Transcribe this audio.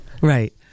Right